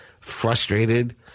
frustrated